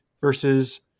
versus